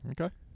Okay